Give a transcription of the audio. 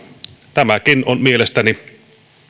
tämäkin on mielestäni